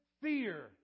fear